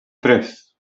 tres